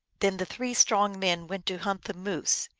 then the three strong men went to hunt the moose.